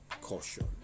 caution